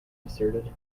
asserted